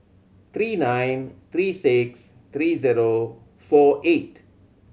three nine three six three zero four eight